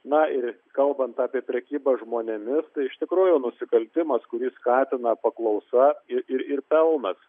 na ir kalbant apie prekybą žmonėmis iš tikrųjų nusikaltimas kurį skatina paklausa ir ir pelnas